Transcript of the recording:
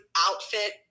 outfit